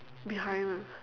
behind lah